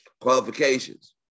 Qualifications